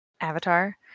Avatar